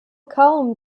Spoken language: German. kaum